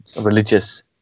religious